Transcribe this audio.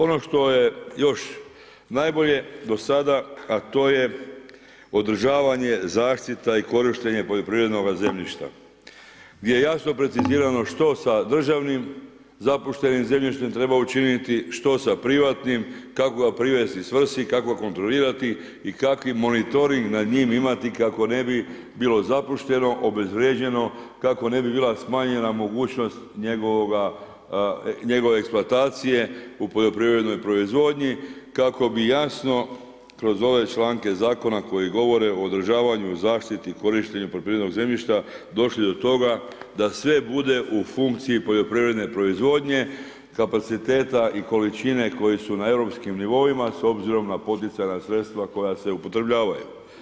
Ono što je još najbolje do sada, a to je održavanje, zaštita i korištenje poljoprivrednoga zemljišta gdje je jasno precizirano što sa državnim zapuštenim zemljištem treba učiniti, što sa privatnim, kako ga privesti svrsi, kako kontrolirati i kakvi monitoring nad njim imati kako ne bi bilo zapušteno, obezvrijeđeno, kako ne bi bila smanjena mogućnost njegove eksploatacije u poljoprivrednoj proizvodnji kako bi jasno kroz ove članke zakona koji govore o održavanju, zaštiti, korištenju poljoprivrednog zemljišta došli do toga da sve bude u funkciji poljoprivredne proizvodnje kapaciteta i količine koji su na europskim nivoima s obzirom na poticajna sredstva koja se upotrebljavaju.